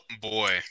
boy